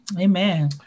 Amen